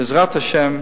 ולכן,